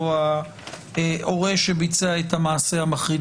או ההורה שביצע את המעשה המחריד.